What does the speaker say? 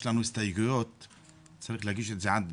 יש לנו הסתייגויות ואני צריך להגיש את זה עד